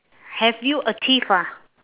have you achieve ah